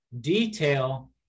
detail